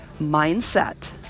mindset